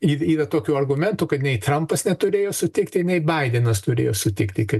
ir yra tokių argumentų kad nei trampas neturėjo sutikti nei baidenas turėjo sutikti kad